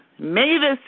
Mavis